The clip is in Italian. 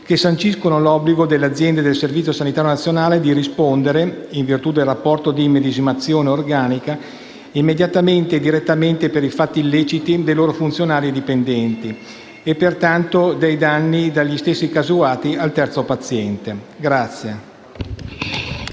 che sanciscono l'obbligo per le aziende del Servizio sanitario nazionale di rispondere, in virtù del rapporto di immedesimazione organica, immediatamente e direttamente per i fatti illeciti dei loro funzionari e dipendenti e, pertanto, dei danni dagli stessi causati al terzo paziente.